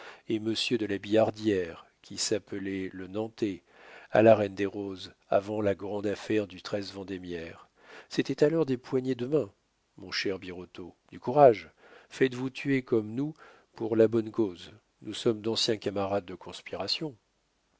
et monsieur de la billardière qui s'appelait le nantais à la reine des roses avant la grande affaire du treize vendémiaire c'était alors des poignées de main mon cher birotteau du courage faites-vous tuer comme nous pour la bonne cause nous sommes d'anciens camarades de conspirations